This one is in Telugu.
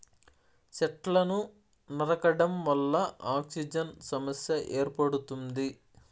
సెట్లను నరకడం వల్ల ఆక్సిజన్ సమస్య ఏర్పడుతుంది